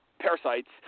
parasites